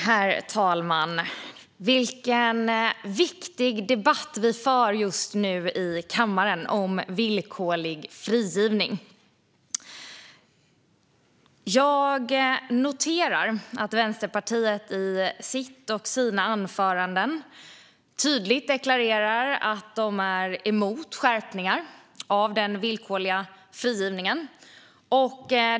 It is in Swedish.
Herr talman! Vilken viktig debatt om villkorlig frigivning vi för just nu i kammaren! Jag noterar att Vänsterpartiet i sina anföranden tydligt deklarerar att man är emot skärpningar av den villkorliga frigivningen.